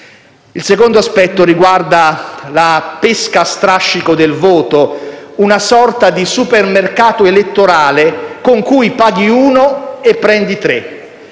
Il secondo limite riguarda la pesca a strascico del voto: una sorta di supermercato elettorale con cui paghi uno e prendi tre.